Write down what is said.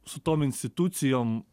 su tom institucijom